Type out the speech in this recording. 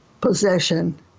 possession